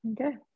okay